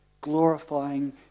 glorifying